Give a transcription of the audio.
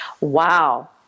Wow